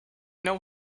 know